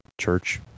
church